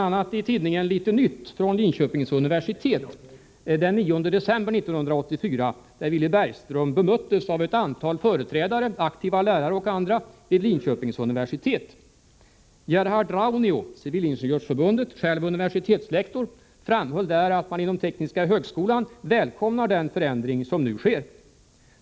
a. i ”Lite Nytt” från Linköpings universitet den 9 december 1984 bemöttes Villy Bergström av olika företrädare, aktiva lärare och andra, för Linköpings universitet. Gerhard Raunio, civilingenjörsförbundet — själv universitetslektor — framhöll att man inom tekniska högskolan välkomnar den förändring som nu sker.